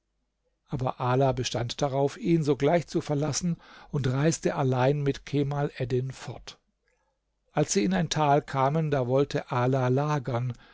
aber ala bestand darauf ihn sogleich zu verlassen und reiste allein mit kemal eddin fort als sie in ein tal kamen da wollte ala lagern